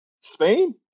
Spain